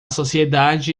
sociedade